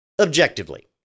Objectively